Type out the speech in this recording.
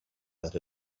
that